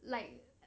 like